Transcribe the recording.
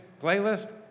playlist